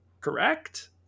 correct